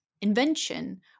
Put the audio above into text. invention